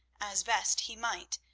as best he might,